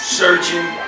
searching